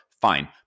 Fine